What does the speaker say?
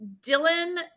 dylan